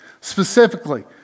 specifically